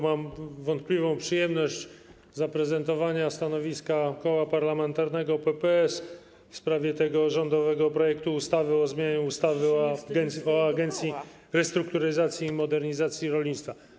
Mam wątpliwą przyjemność zaprezentowania stanowiska Koła Parlamentarnego PPS w sprawie rządowego projektu ustawy o zmianie ustawy o Agencji Restrukturyzacji i Modernizacji Rolnictwa.